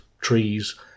trees